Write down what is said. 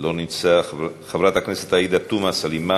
לא נמצא, חברת הכנסת עאידה תומא סלימאן,